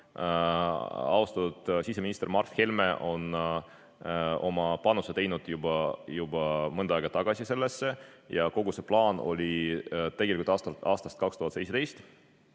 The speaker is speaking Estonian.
austatud siseminister Mart Helme on oma panuse teinud juba mõnda aega tagasi sellesse. Ja kogu see plaan on tegelikult aastast 2017